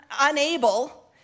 unable